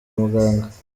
muganga